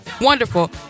wonderful